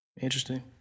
Interesting